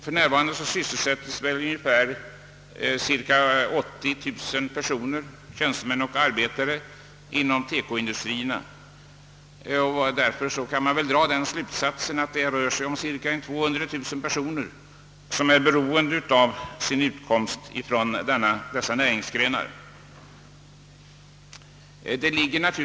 För närvarande sysselsätts ungefär 80 000 tjänstemän och arbetare inom textiloch konfektionsindustrierna, och man kan väl dra slutsatsen att cirka 200 000 personer är beroende av dessa näringsgrenar för sin utkomst.